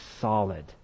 solid